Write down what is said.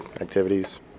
activities